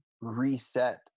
reset